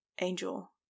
Angel